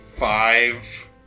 Five